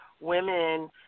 women